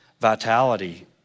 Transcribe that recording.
vitality